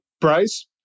Bryce